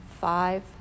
five